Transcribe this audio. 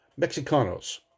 Mexicanos